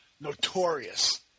notorious